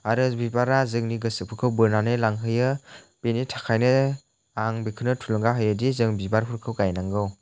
आरो बिबारा जोंनि गोसोफोरखौ बोनानै लांहोयो बिनि थाखायनो आं बेखौनो थुलुंगा होयोदि जों बिबारफोरखौ गायनांगौ